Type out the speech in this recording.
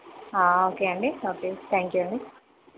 okay అండి okay thank you అండి